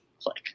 click